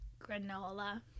Granola